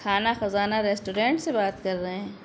کھانا خزانہ ریسٹورینٹ سے بات کر رہے ہیں